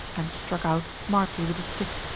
and struck out smartly with his stick.